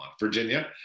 Virginia